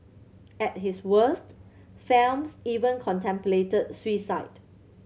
at his worst Phelps even contemplated suicide